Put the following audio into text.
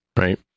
right